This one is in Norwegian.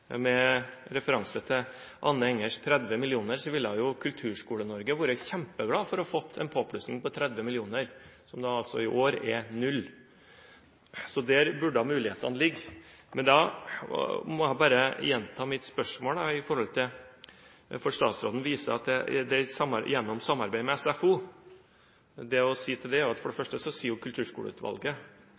Med referanse til Anne Engers 30 mill. kr ville jo Kulturskole-Norge vært kjempeglad for å få en påplussing på 30 mill. kr, som i år er null. Så der burde mulighetene ligge. Jeg må bare gjenta mitt spørsmål. Statsråden viser igjen til samarbeid med SFO. Til det er det å si at Kulturskoleutvalget, som statsråden selv satte ned, sier at man trenger lokale variasjoner og ulike løsninger på ulike steder for å få til en kulturskolesatsing. Men hvem er det